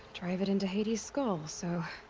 drive it into hades' skull, so.